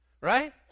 Right